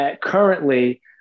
currently